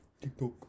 TikTok